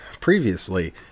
previously